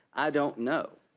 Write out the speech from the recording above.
i don't know.